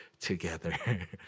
together